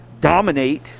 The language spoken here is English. dominate